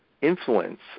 influence